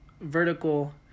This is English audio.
vertical